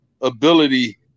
Ability